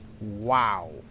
Wow